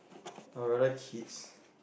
I rather kids